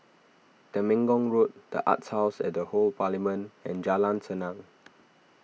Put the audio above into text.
Temenggong Road the Arts House at the Old Parliament and Jalan Senang